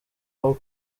aho